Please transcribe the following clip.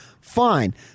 fine